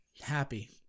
happy